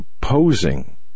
posing